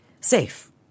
safe